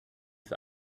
für